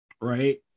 right